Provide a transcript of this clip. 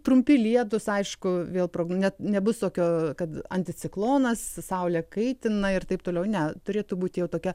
trumpi lietūs aišku vėl progų net nebus tokio kad anticiklonas saulė kaitina ir taip toliau ne turėtų būti jau tokia